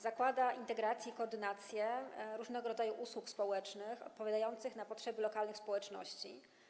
Zakłada integrację, koordynację różnego rodzaju usług społecznych odpowiadających na potrzeby lokalnych społeczności.